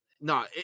no